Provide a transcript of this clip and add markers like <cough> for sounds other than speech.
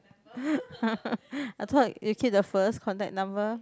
<laughs> I thought you keep the fella's contact number